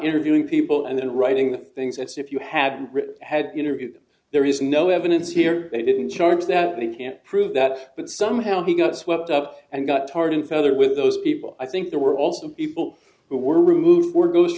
interviewing people and then writing things as if you haven't had an interview there is no evidence here they didn't charge that they can't prove that but somehow he got swept up and got tarred and feathered with those people i think there were also people who were removed or g